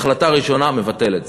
החלטה ראשונה, מבטל את זה.